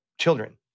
children